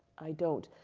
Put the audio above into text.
i don't.